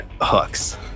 hooks